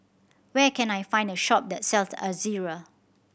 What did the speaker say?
where can I find a shop that sells Ezerra